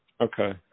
Okay